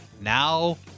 Now